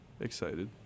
excited